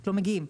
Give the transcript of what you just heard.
לא מגיעים,